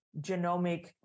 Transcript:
genomic